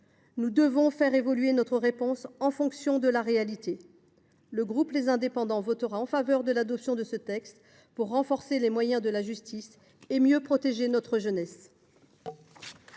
Nous devons faire évoluer notre réponse en fonction de la réalité. Le groupe Les Indépendants votera en faveur de l’adoption de ce texte, pour renforcer les moyens de la justice et mieux protéger notre jeunesse.